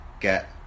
get